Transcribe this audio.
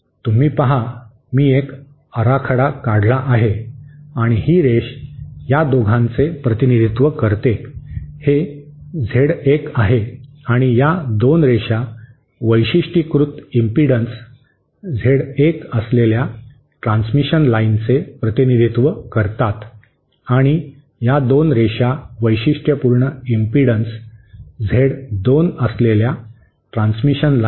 तुम्ही पहा मी हा एक आराखडा काढला आहे आणि ही रेष या दोघांचे प्रतिनिधित्व करते हे झेड 1 आहे आणि या 2 रेषा वैशिष्ट्यीकृत इम्पिडन्स झेड 1 असलेल्या ट्रान्समिशन लाइनचे प्रतिनिधित्व करतात आणि या 2 रेषा वैशिष्ट्यपूर्ण इम्पिडन्स झेड 2 असलेल्या ट्रान्समिशन लाइनचे प्रतिनिधित्व करतात